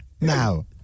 Now